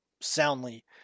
soundly